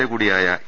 എകൂടിയായ A